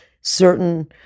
certain